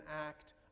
act